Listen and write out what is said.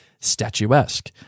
statuesque